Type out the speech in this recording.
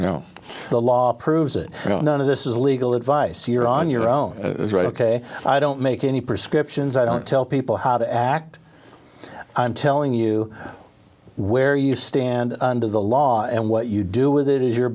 you know the law approves it none of this is legal advice you're on your own ok i don't make any prescriptions i don't tell people how to act i'm telling you where you stand under the law and what you do with it is your